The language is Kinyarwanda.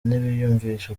ntibiyumvisha